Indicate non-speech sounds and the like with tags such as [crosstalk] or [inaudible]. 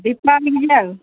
[unintelligible]